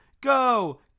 Go